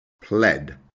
pled